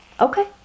Okay